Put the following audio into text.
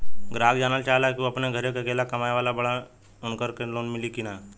ग्राहक जानेला चाहे ले की ऊ अपने घरे के अकेले कमाये वाला बड़न उनका के लोन मिली कि न?